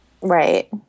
Right